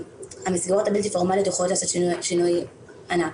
המסגרות הבלתי פורמליות יכולות לעשות שינוי ענק.